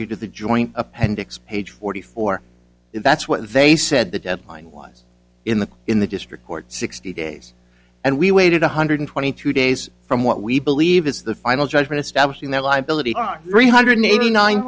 you to the joint appendix page forty four that's what they said the deadline was in the in the district court sixty days and we waited one hundred twenty three days from what we believe is the final judgment establishing their liability three hundred eighty nine